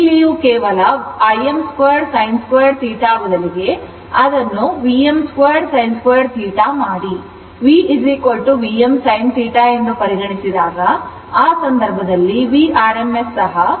ಇಲ್ಲಿಯೂ ಕೇವಲ Im2sin2θ ಬದಲಿಗೆ ಅದನ್ನು Vm2sin2θdθ ಮಾಡಿ V Vm sinθ ಎಂದು ಪರಿಗಣಿಸಿದಾಗ ಆ ಸಂದರ್ಭದಲ್ಲಿ Vrms ಸಹ 0